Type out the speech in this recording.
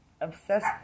Obsessed